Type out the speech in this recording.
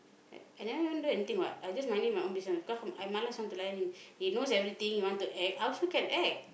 I never even do anything what I just minding my own business cause I why must I lie to him he knows everything he want to act I also can act